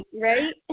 right